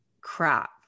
crap